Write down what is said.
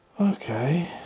Okay